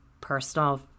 personal